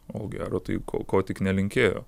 o gero tai ko tik nelinkėjo